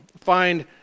find